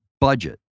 budget